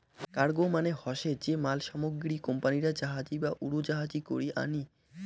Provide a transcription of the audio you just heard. cargo মানে হসে যে মাল সামগ্রী কোম্পানিরা জাহাজী বা উড়োজাহাজী করি আনি